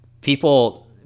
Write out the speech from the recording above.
People